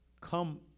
come